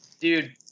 dude